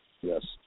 Yes